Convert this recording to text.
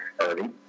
early